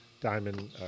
diamond